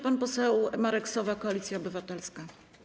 Pan poseł Marek Sowa, Koalicja Obywatelska.